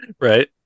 Right